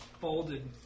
folded